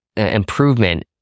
Improvement